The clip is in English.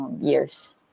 years